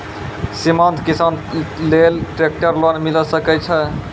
सीमांत किसान लेल ट्रेक्टर लोन मिलै सकय छै?